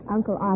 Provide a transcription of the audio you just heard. Uncle